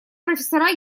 профессора